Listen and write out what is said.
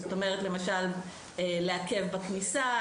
למשל לעכב בכניסה,